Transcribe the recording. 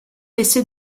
laissé